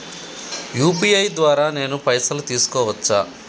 UPI ద్వారా నేను పైసలు తీసుకోవచ్చా?